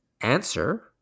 answer